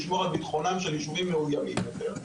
לשמור על ביטחונם של יישובים מאוימים יותר,